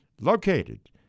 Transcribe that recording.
located